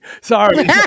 Sorry